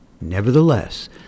Nevertheless